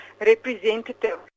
representative